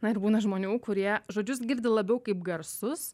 na ir būna žmonių kurie žodžius girdi labiau kaip garsus